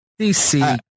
DC